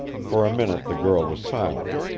for a minute the girl was silent.